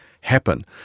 happen